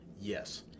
Yes